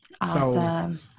Awesome